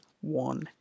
one